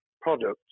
products